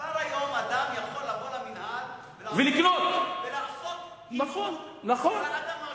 כבר היום אדם יכול לבוא למינהל ולעשות היוון של האדמה שלו,